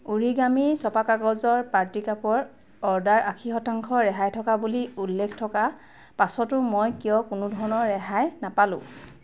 origami ছপা কাগজৰ party কাপৰ অৰ্ডাৰ আশী শতাংশ ৰেহাই থকা বুলি উল্লেখ থকা পাছতো মই কিয় কোনো ধৰণৰ ৰেহাই নাপালো